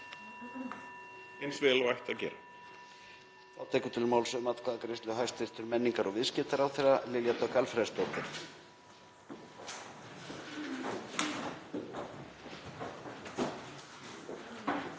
eins vel og ætti að gera.